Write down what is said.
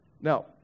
Now